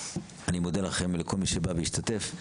אני מודה לכם ולכל מי שבא והשתתף.